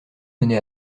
mené